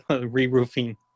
re-roofing